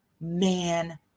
man